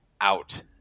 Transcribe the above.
out